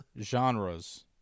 genres